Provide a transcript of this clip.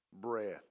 breath